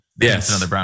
Yes